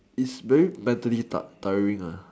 it's very mentally tough tiring lah